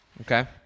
Okay